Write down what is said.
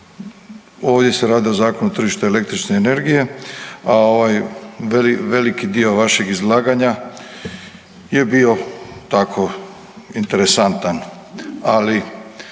ovdje se radi o Zakonu o tržištu električne energije, a ovaj, veliki dio vašeg izlaganja je bio tako interesantan. Ali,